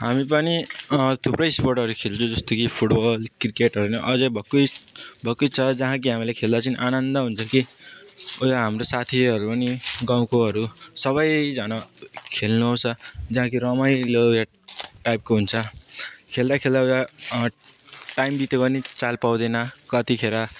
हामी पनि थुप्रै स्पोर्ट्सहरू खेल्छु जस्तो कि फुटबल क्रिकेट होइन अझै भक्कु भक्कु छ जहाँ कि हामीले खेल्दा एकछिन आनन्द हुन्छ क्या उयो हाम्रो साथीहरू पनि गाउँकोहरू सबैजना खेल्नु आउँछ जहाँ कि रमाइलो टाइपको हुन्छ खेल्दा खेल्दा टाइम बितेको पनि चाल पाउँदैन कतिखेर